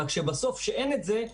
רק כשבסוף אין את זה,